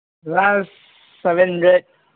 last seven hundred